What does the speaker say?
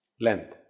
length